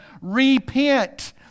repent